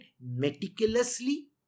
meticulously